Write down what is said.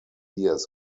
years